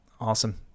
awesome